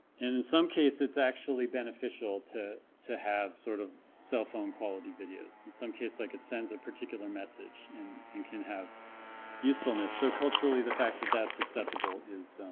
in some case it's actually beneficial to to have sort of cellphone quality videos in some case, like it sends a particular message and you and can have usefulness so culturally the fact that that's acceptable is